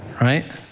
Right